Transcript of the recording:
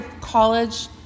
college